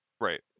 Right